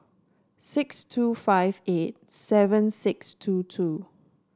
six two five eight seven six two two